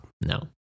No